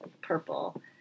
Purple